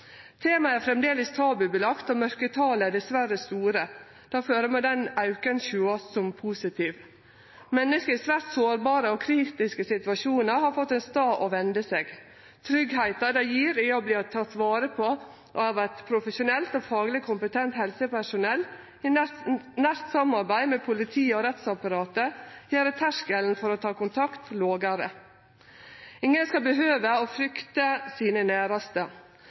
er framleis tabubelagt, og mørketala er dessverre store. Difor må denne auken sjåast på som positiv. Menneske i svært sårbare og kritiske situasjonar har fått ein stad å vende seg. Tryggleiken det gjev å verte teke vare på av eit profesjonelt og fagleg kompetent helsepersonell i nært samarbeid med politiet og rettsapparatet, gjer terskelen for å ta kontakt lågare. Ingen skal behøve å frykte sine næraste.